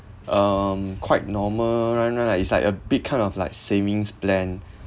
um quite normal one right lah it's like a big kind of like savings plan